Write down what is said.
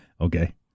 Okay